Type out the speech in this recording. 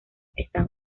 están